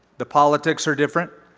the politics are different.